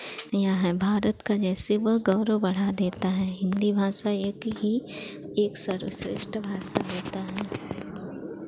या है भारत का जैसे वह गौरव बढ़ा देता है हिन्दी भाषा एक ही एक सर्वश्रेष्ठ भाषा होता है